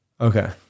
Okay